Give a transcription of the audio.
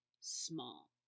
small